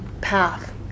Path